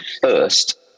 first